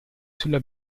sulla